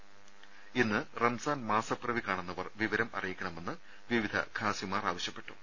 ത ഇന്ന് റംസാൻ മാസപ്പിറവി കാണുന്നവർ വിവരം അറിയിക്കണമെന്ന് വിവിധ ഖാസിമാർ ആവശ്യപ്പെട്ടു